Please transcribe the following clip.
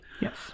Yes